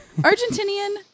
Argentinian